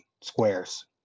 squares